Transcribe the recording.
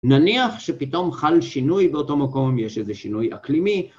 נניח שפתאום חל שינוי, באותו מקום יש איזה שינוי אקלימי